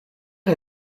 est